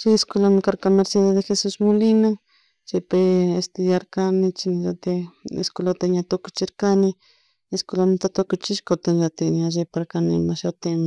chay escueami carka mercedes de Jesus Molina, chaypi estudiarcani chashnallatik ña escuelata chashna tukuchirkani escuelata tucushi kutin llatik ña riparñani ima shutin